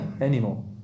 anymore